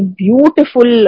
beautiful